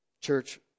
Church